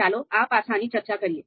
ચાલો એ પાસાની ચર્ચા કરીએ